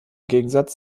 gegensatz